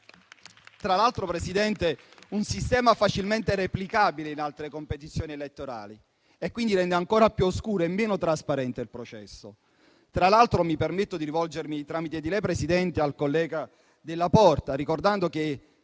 Tra l'altro, Presidente, è un sistema facilmente replicabile in altre competizioni elettorali e quindi rende ancora più oscuro e meno trasparente il processo. Mi permetto di rivolgermi tramite lei, Presidente, al collega Della Porta, ricordando che